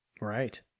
Right